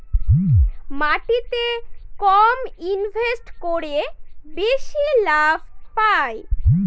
মাটিতে কম ইনভেস্ট করে বেশি লাভ পাই